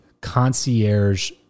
concierge